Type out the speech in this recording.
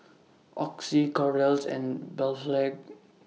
Oxy Kordel's and